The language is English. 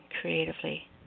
creatively